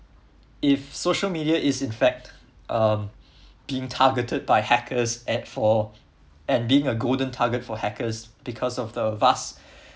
if social media is in fact um being targeted by hackers at for and being a golden target for hackers because of the vast